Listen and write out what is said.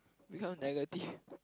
become negative